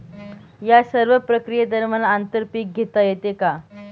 या सर्व प्रक्रिये दरम्यान आंतर पीक घेता येते का?